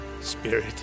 Spirit